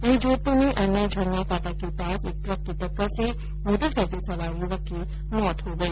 वहीं जोधपुर में अरना झरना फांटा के पास एक द्वक की टक्कर से मोटरसाईकिल सवार युवक की मौत हो गई